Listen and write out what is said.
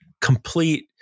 complete